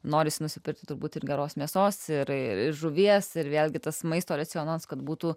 norisi nusipirkti turbūt ir geros mėsos ir žuvies ir vėlgi tas maisto racionas kad būtų